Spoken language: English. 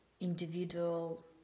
individual